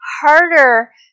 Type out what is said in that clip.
harder